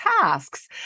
tasks